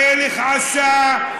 המלך עשה,